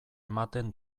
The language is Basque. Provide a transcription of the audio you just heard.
ematen